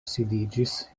sidiĝis